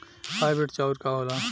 Hybrid चाउर का होला?